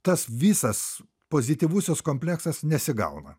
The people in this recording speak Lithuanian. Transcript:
tas visas pozityvusis kompleksas nesigauna